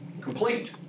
complete